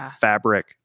fabric